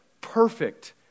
perfect